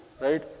right